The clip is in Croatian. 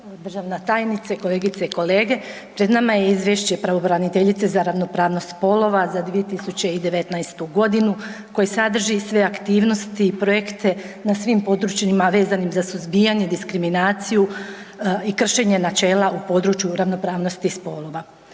državna tajnice, kolegice i kolege pred nama je Izvješće pravobraniteljice za ravnopravnost spolova za 2019. godinu koje sadrži sve aktivnosti i projekte na svim područjima vezanim za suzbijanje, diskriminaciju i kršenje načela u području ravnopravnosti spolova.